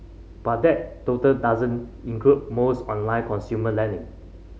but that total doesn't include most online consumer lending